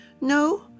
No